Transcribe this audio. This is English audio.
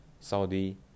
Saudi